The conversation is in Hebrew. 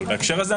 אבל בהקשר הזה,